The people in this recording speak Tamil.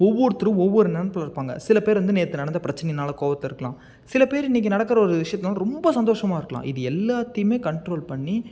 ஒவ்வொருத்தரும் ஒவ்வொரு நெனைப்புல இருப்பாங்க சில பேர் வந்து நேற்று நடந்த பிரச்னைனால கோவத்தில் இருக்கலாம் சில பேர் இன்னைக்கு நடக்கிற ஒரு விஷயத்தினால ரொம்ப சந்தோஷமாக இருக்கலாம் இது எல்லாத்தையுமே கண்ட்ரோல் பண்ணி